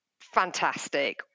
fantastic